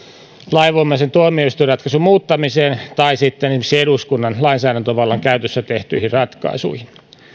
lainvoimaisen tuomioistuinratkaisun tai sitten esimerkiksi eduskunnan lainsäädäntövallan käytössä tehtyjen ratkaisujen muuttamiseen